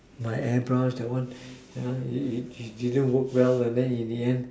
my air brush that one you know it didn't work well and then in the end